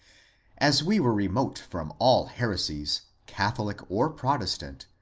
as we were remote from all heresies. catholic or protestant,